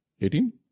eighteen